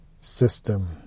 system